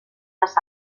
las